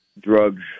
drugs